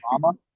Mama